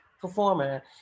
performer